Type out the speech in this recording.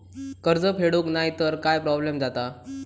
कर्ज फेडूक नाय तर काय प्रोब्लेम जाता?